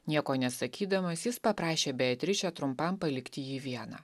nieko nesakydamas jis paprašė beatričę trumpam palikti jį vieną